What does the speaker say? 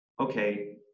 okay